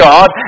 God